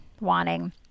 wanting